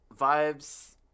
Vibes